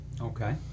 Okay